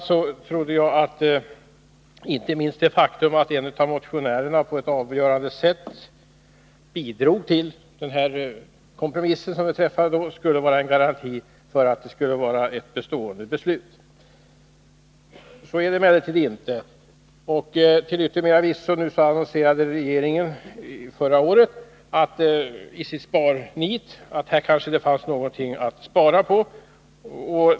Men jag trodde att inte minst det faktum att en av motionärerna på ett avgörande sätt bidrog till den kompromiss som då gjordes skulle vara en garanti för att det blev ett bestående beslut. Så är emellertid inte fallet. Till yttermera visso annonserade regeringen i sitt sparnit förra året att det kanske fanns någonting att spara här.